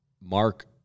Mark